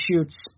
shoots